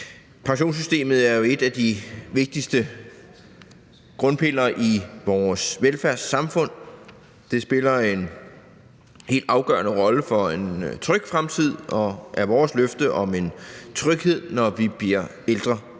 Pensionssystemet er jo en af de vigtigste grundpiller i vores velfærdssamfund. Det spiller en helt afgørende rolle for en tryg fremtid og er vores løfte om en tryghed, når vi bliver ældre.